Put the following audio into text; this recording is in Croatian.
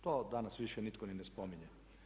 To danas više nitko ni ne spominje.